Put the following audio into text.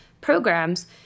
programs